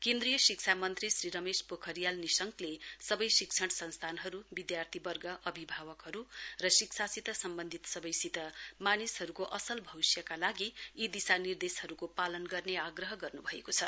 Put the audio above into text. केन्द्रीय शिक्षा मन्त्री श्री रमेश पोखरियाल निशंकले सबै शिक्षण संस्थानहरू विद्यार्थीवर्ग अभिभावकहरू र शिक्षासित सम्बन्धित सबैसित मानिसहरूको असल भविष्यका लागि यी दिशानिर्देशहरूको पालन गर्ने आग्रह गर्न् भएको छ